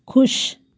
खुश